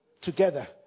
together